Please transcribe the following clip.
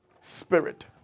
spirit